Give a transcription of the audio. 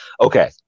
Okay